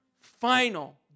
Final